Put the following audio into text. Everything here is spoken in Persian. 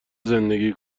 زندگی